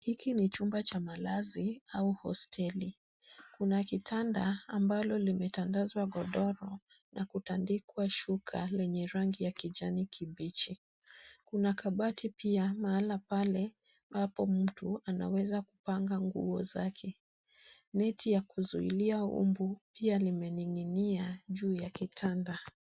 Hiki ni chumba cha malazi au hosteli. Kuna kitanda ambalo limetandazwa godoro, na kutandikwa shuka lenye rangi ya kijani kibichi. Kuna kabati pia mahala pale, ambapo mtu anaweza kupanga nguo zake. Neti ya kuzuilia mbu, pia limening'inia juu ya kitanda.